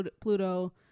pluto